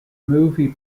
movie